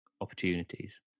opportunities